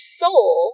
soul